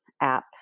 app